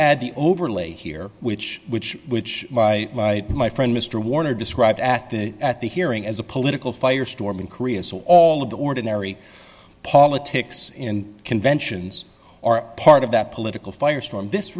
add the overlay here which which which by my friend mr warner described at the at the hearing as a political firestorm in korea so all of the ordinary politics in conventions are part of that political firestorm this